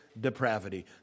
depravity